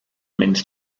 means